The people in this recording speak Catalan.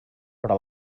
però